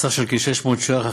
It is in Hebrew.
בסך של כ-600 ש"ח,